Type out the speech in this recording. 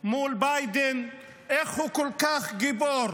מול ביידן, איך הוא כל כך גיבור.